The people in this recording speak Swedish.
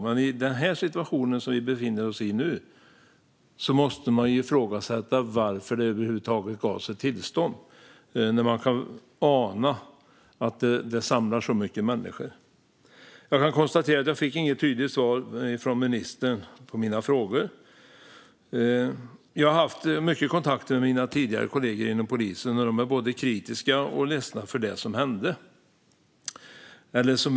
Men i den situation som vi nu befinner oss i måste man ifrågasätta att det över huvud taget gavs ett tillstånd när man kunde ana att det skulle samlas så många människor. Jag kan konstatera att jag inte fick något tydligt svar från ministern på mina frågor. Jag har haft många kontakter med mina tidigare kollegor inom polisen. De är både kritiska till och ledsna för det som hände.